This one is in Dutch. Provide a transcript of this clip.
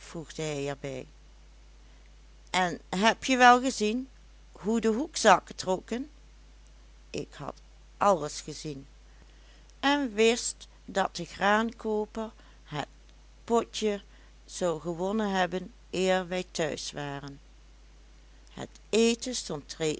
en hebje wel gezien hoe de hoekzakken trokken ik had alles gezien en wist dat de graankooper het potje zou gewonnen hebben eer wij thuis waren het eten stond